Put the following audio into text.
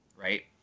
right